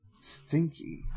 Stinky